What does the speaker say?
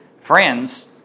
friends